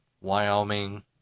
Wyoming